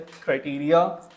criteria